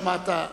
שמעת.